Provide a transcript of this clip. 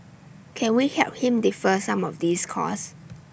can we help them defer some of these costs